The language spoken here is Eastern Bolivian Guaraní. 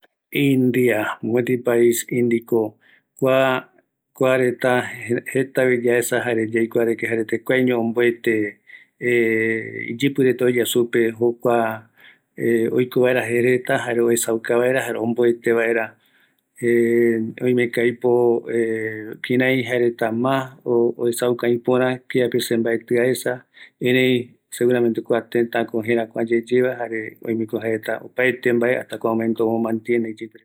India mopeti pais Indico, Kua kuareta jetavi yaesa jare jaereta jekuaeño omboete iyïpïreta oeya supe jokua, oiko vaera jereta jare oesauka vaera, jare omboete vaera oimeko aipo kirai jaereta mas oesauka ïpörä, erei se mbaetï aesa, erei seguramenteko kua tëtä jerekua yeyeva, jareko oimeko aipo opete mbae hasta kua momento omo mantiene reta.